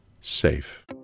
SAFE